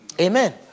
Amen